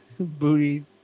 Booty